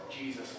Jesus